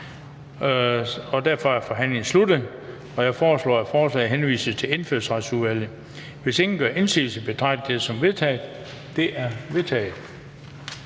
derfor er forhandlingen sluttet. Jeg foreslår, at forslaget henvises til Indfødsretsudvalget. Hvis ingen gør indsigelse, betragter jeg det som vedtaget. Det er vedtaget.